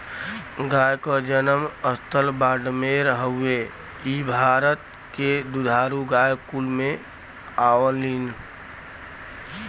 गाय क जनम स्थल बाड़मेर हउवे इ भारत के दुधारू गाय कुल में आवलीन